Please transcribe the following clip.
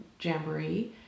jamboree